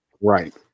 Right